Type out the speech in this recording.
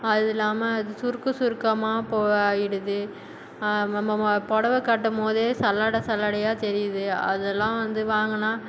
அதுவும் இல்லாமல் அது சுருக்கம் சுருக்கமாக போ ஆயிடுது நம்ம புடவ கட்டும் போதே சல்லடை சல்லடையாக தெரியுது அதெல்லாம் வந்து வாங்கினா